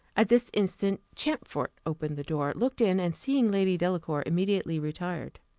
at this instant champfort opened the door, looked in, and seeing lady delacour, immediately retired.